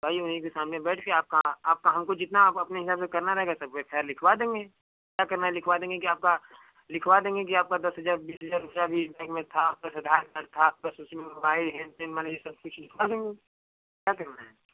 तो आइए उन्हीं के सामने बैठ कर आपका आपका हमको जितना आप अपने हिसाब से करना रहेगा सब एफयार लिखवा देंगे क्या करना है लिखवा देंगे कि आपका लिखवा देंगे कि आपका दस हजार बीस हजार रुपया भी बैग में था आपके पास आधार कार्ड था आपके पास उसी में मोबाइल हेन सेन माने ये सब कुछ लिखवा देंगे क्या करना है